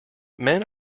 men